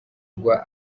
rwa